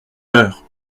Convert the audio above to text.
heures